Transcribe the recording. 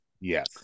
Yes